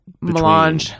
Melange